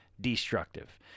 destructive